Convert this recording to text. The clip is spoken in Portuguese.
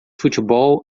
futebol